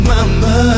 Mama